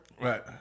right